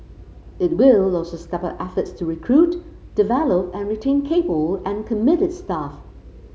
it will also step up efforts to recruit develop and retain capable and committed staff